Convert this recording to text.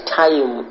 time